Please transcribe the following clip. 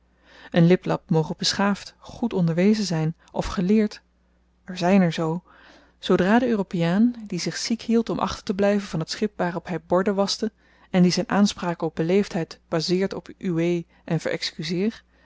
een liplap moge beschaafd goed onderwezen zyn of geleerd er zyn er zoo zoodra de europeaan die zich ziek hield om achterteblyven van t schip waarop hy borden waschte en die zyn aanspraken op beleefdheid bazeert op uwee en